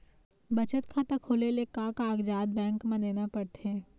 बचत खाता खोले ले का कागजात बैंक म देना पड़थे?